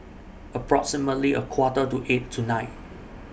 approximately A Quarter to eight tonight